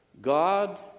God